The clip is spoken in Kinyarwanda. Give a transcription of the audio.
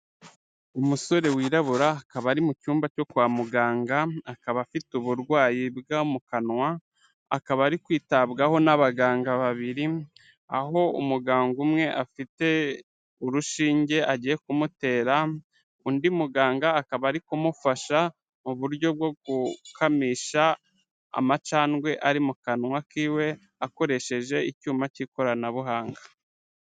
Umusore wirabura akaba ari mu cyumba cyo kwa muganga, akaba afite uburwayi bwo mu kanwa akaba ari ari kwitabwaho n'abaganga babiri. Aho umuganga umwe afite urushinge agiye kumutera undi muganga akaba ari kumufasha mu buryo bwo gukamisha amacandwe ari mu kanwa kiwe, akoresheje icyuma cy'ikoranabuhanga.